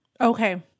Okay